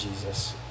Jesus